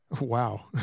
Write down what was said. Wow